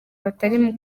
batari